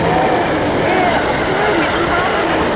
অঁ এই আপুনি বাৰু নিতুল বৰা হয় নাই